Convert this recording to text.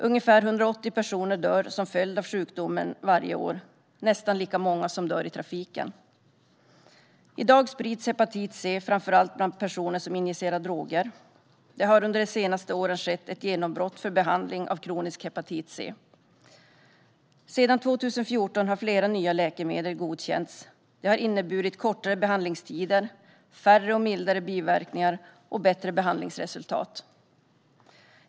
Ungefär 180 personer dör som följd av sjukdomen varje år, vilket är nästan lika många som dör i trafiken. I dag sprids hepatit C framför allt bland personer som injicerar droger. Det har under de senaste åren skett ett genombrott för behandling av kronisk hepatit C. Sedan 2014 har flera nya läkemedel godkänts, vilket har inneburit kortare behandlingstider, färre och mildare biverkningar och bättre behandlingsresultat.